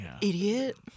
Idiot